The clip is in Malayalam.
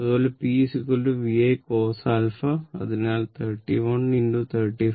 അതുപോലെ P VI cos 𝞪 അതിനാൽ 31 35 0